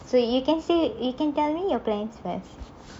so you can say you can tell me your plans first